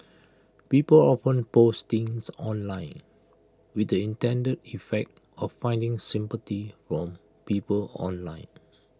people often post things online with the intended effect of finding sympathy from people online